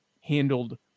handled